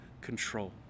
control